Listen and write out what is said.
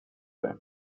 det